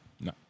No